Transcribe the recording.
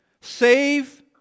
Save